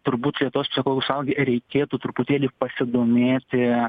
turbūt lietuvos pshichologų sąjungai reikėtų truputėlį pasidomėti